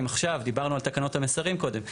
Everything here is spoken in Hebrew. אם עכשיו, דיברנו על תקנות המסרים קודם.